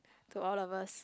to all of us